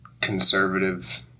conservative